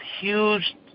huge